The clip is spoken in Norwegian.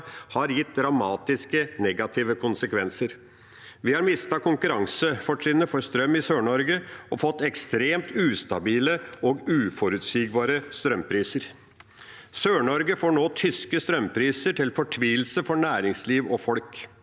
har gitt dramatisk negative konsekvenser. Vi har mistet konkurransefortrinnet for strøm i Sør-Norge og fått ekstremt ustabile og uforutsigbare strømpriser. Sør-Norge får nå tyske strømpriser, til fortvilelse for næringsliv og folk.